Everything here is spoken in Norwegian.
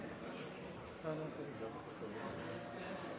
her, at vi planlegger for